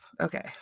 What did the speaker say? okay